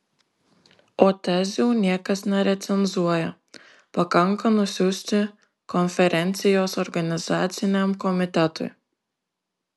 o tezių niekas nerecenzuoja pakanka nusiųsti konferencijos organizaciniam komitetui